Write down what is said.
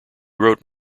wrote